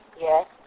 yes